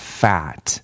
fat